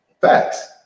Facts